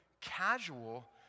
casual